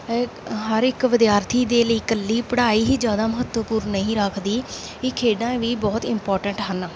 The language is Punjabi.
ਹਰ ਇੱਕ ਵਿਦਿਆਰਥੀ ਦੇ ਲਈ ਇਕੱਲੀ ਪੜ੍ਹਾਈ ਹੀ ਜ਼ਿਆਦਾ ਮਹੱਤਵਪੂਰਨ ਨਹੀਂ ਰੱਖਦੀ ਖੇਡਾਂ ਵੀ ਬਹੁਤ ਇੰਪੋਟੈਂਟ ਹਨ